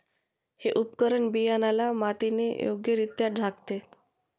हे उपकरण बियाण्याला मातीने योग्यरित्या झाकते